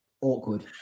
awkward